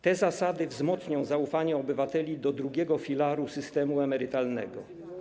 Te zasady wzmocnią zaufanie obywateli do II filaru systemu emerytalnego.